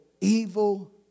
evil